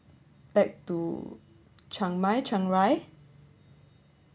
back to chiang mai chiang rai